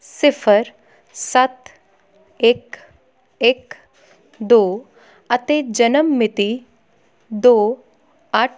ਸਿਫ਼ਰ ਸੱਤ ਇੱਕ ਇੱਕ ਦੋ ਅਤੇ ਜਨਮ ਮਿਤੀ ਦੋ ਅੱਠ